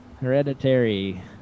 Hereditary